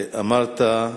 אמרת: